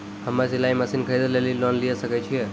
हम्मे सिलाई मसीन खरीदे लेली लोन लिये सकय छियै?